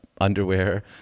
underwear